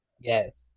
Yes